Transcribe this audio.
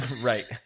Right